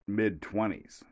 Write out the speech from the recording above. mid-20s